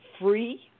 FREE